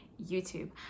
youtube